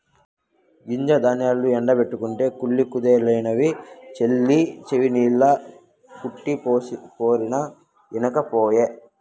గింజ ధాన్యాల్ల ఎండ బెట్టకుంటే కుళ్ళి కుదేలైతవని చెవినిల్లు కట్టిపోరినా ఇనకపాయె